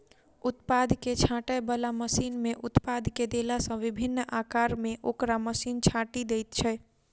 उत्पाद के छाँटय बला मशीन मे उत्पाद के देला सॅ विभिन्न आकार मे ओकरा मशीन छाँटि दैत छै